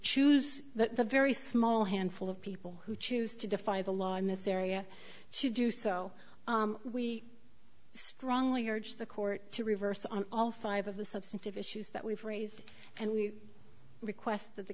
that the very small handful of people who choose to defy the law in this area should do so we strongly urge the court to reverse on all five of the substantive issues that we've raised and we request that the